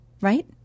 Right